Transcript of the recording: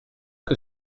que